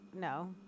No